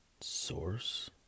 Source